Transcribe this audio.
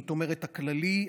זאת אומרת הכללי,